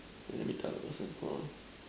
let me tell the person hold on